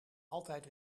altijd